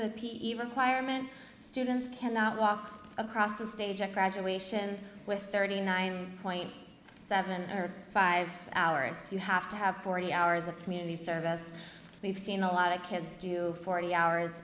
t even acquirement students cannot walk across the stage at graduation with thirty nine point seven five hours you have to have forty hours of community service we've seen a lot of kids do forty hours